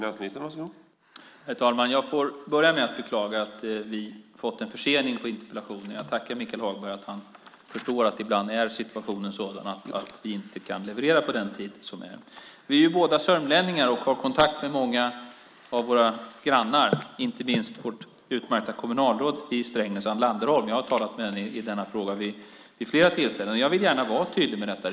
Herr talman! Låt mig börja med att beklaga att vi fått en försening när det gäller svaret på interpellationen. Jag tackar Michael Hagberg för att han förstår att ibland är situationen sådan att vi inte kan leverera på den tid som är bestämd. Vi är båda sörmlänningar och har kontakt med många av våra grannar, inte minst vårt utmärkta kommunalråd i Strängnäs Ann Landerholm. Jag har talat med henne i denna fråga vid flera tillfällen. Jag vill gärna vara tydlig med detta.